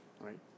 right